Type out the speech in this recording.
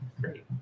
great